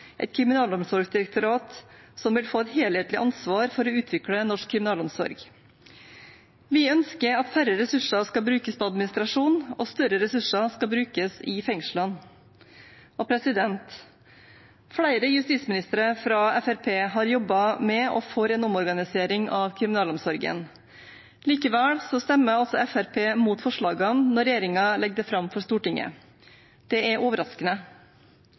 et kriminalomsorgsdirektorat som vil få et helhetlig ansvar for å utvikle norsk kriminalomsorg. Vi ønsker at færre ressurser skal brukes til administrasjon, og at større ressurser skal brukes i fengslene. Flere justisministre fra Fremskrittspartiet har jobbet med og for en omorganisering av kriminalomsorgen. Likevel stemmer altså Fremskrittspartiet mot forslagene når regjeringen legger det fram for Stortinget. Det er overraskende.